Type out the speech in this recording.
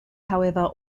however